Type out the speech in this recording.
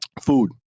Food